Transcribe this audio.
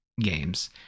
games